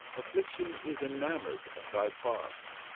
affliction is enanmour'd of thy parts,